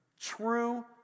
true